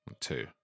two